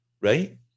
right